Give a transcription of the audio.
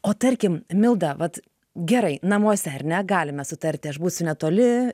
o tarkim milda vat gerai namuose ar ne galime sutarti aš būsiu netoli